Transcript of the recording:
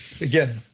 again